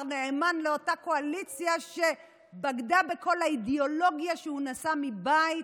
נאמן לאותה קואליציה שבגדה בכל האידיאולוגיה שהוא נשא מבית,